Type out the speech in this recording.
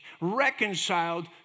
Reconciled